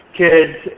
kids